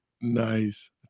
Nice